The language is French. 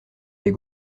des